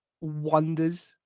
wonders